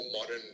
modern